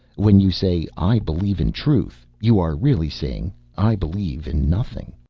when you say i believe in truth you are really saying i believe in nothing.